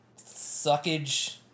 suckage